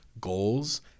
goals